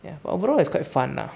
ya but overall it's quite fun lah